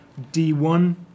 D1